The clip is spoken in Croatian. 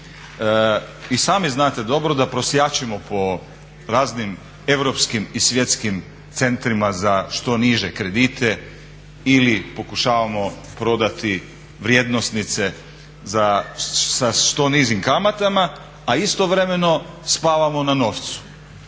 I sami znate dobro da prosjačimo po raznim europskim i svjetskim centrima za što niže kredite ili pokušavamo prodati vrijednosnice sa što nižim kamatama a istovremeno spavamo na novcu.